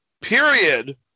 period